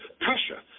pressure